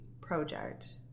project